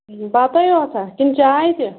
بَتَے یوت ہا کِنہٕ چاے تہِ